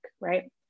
right